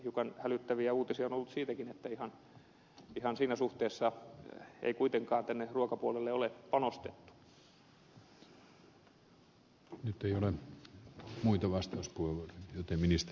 hiukan hälyttäviä uutisia on ollut siitäkin että ihan siinä suhteessa ei kuitenkaan tänne ruokapuolelle ole panostettu